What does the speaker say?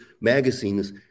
magazines